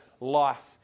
life